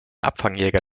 abfangjäger